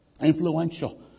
Influential